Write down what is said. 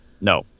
No